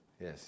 Yes